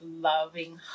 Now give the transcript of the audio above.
loving